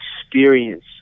experience